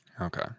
Okay